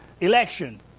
Election